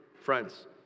friends